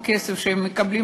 כשהביטוח הלאומי עוד היה קדוש,